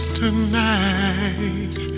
tonight